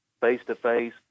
face-to-face